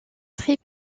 très